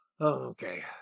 Okay